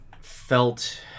felt